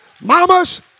Mamas